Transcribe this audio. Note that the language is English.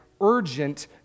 urgent